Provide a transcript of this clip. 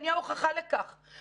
מסעדה רוצה לגייס שוטף כלים,